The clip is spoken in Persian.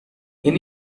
این